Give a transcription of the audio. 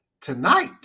Tonight